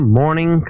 morning